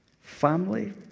family